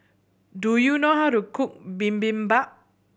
do you know how to cook Bibimbap